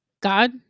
God